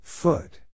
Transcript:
Foot